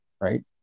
right